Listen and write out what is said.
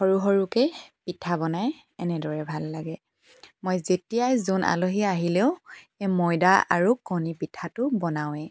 সৰু সৰুকৈ পিঠা বনাই এনেদৰে ভাল লাগে মই যেতিয়াই যোন আলহী আহিলেও এই ময়দা আৰু কণী পিঠাটো বনাওঁৱেই